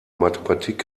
mathematik